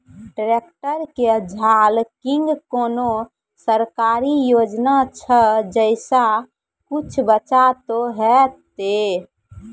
Tractor के झाल किंग कोनो सरकारी योजना छ जैसा कुछ बचा तो है ते?